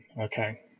okay